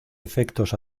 efectos